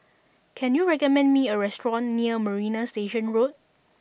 can you recommend me a restaurant near Marina Station Road